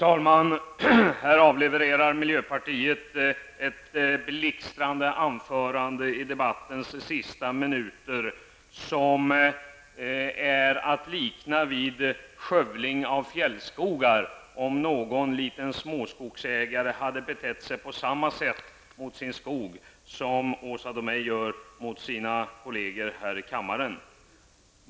Fru talman! I debattens sista minuter avlevereras ett blixtrande anförande från miljöpartiet. Om någon liten småskogsägare hade betett sig på samma sätt mot sin skog som Åsa Domeij gör mot sina kolleger här i kammaren, skulle det ha kunnat liknas vid skövling av fjällskogar.